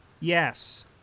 Yes